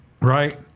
right